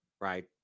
Right